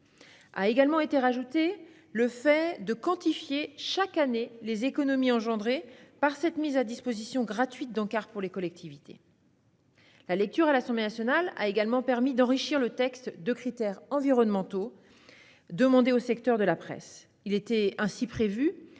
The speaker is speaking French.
A également été ajouté le fait de quantifier chaque année les économies dégagées par cette mise à disposition gratuite d'encarts pour les collectivités. Ensuite, la lecture à l'Assemblée nationale a permis d'enrichir le texte de critères environnementaux demandés au secteur de la presse. Il a ainsi été